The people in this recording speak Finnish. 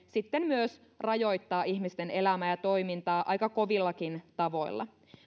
sitten myös rajoittaa ihmisten elämää ja toimintaa aika kovillakin tavoilla